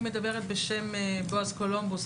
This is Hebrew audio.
אני מדברת בשם בועז קולומבוס,